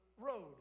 road